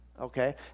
okay